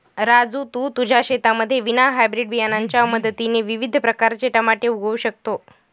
राजू तू तुझ्या शेतामध्ये विना हायब्रीड बियाणांच्या मदतीने विविध प्रकारचे टमाटे उगवू शकतो